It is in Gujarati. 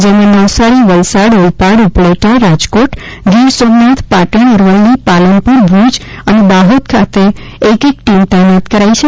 જેમાં નવસારી વલસાડ ઓલપાડ ઉપલેટા રાજકોટ ગિર સોમનાથ પાટણ અરવલ્લી પાલનપુર ભૂજ અને દાહોદ ખાતે એક એક ટીમ તહેનાત કરાઇ છે